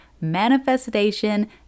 manifestation